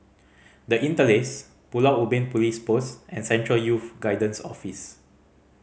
The Interlace Pulau Ubin Police Post and Central Youth Guidance Office